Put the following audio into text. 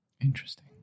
Interesting